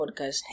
podcast